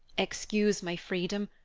excuse my freedom,